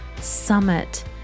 summit